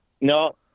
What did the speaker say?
No